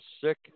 sick